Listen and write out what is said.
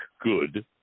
good